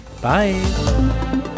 Bye